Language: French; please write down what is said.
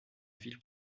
ville